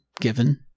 given